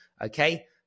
okay